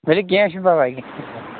تُلِو کیٚنہہ چھُنہٕ پَرواے